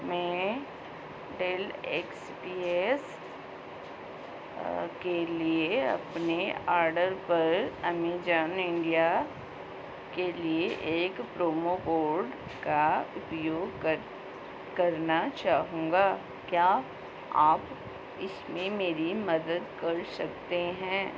मैं Dell X P S के लिए अपने ऑर्डर पर अमेज़ॉन इंडिया के लिए एक प्रोमो कोड का उपयोग करना चाहूँगा क्या आप इसमें मेरी मदद कर सकते हैं